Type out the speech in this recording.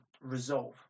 resolve